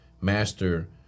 master